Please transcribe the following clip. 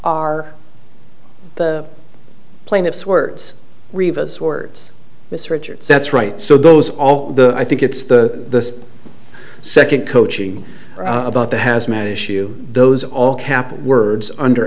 are the plaintiff's words rebus words this richards that's right so those all the i think it's the second coaching about the hazmat issue those all cap words under